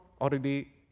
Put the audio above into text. already